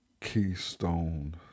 keystone